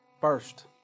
first